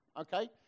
Okay